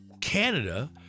Canada